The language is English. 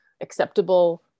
acceptable